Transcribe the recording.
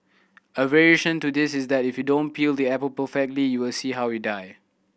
a variation to this is that you don't peel the apple perfectly you'll see how you die